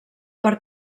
per